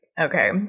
okay